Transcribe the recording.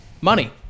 money